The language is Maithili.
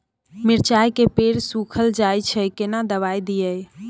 मिर्चाय के पेड़ सुखल जाय छै केना दवाई दियै?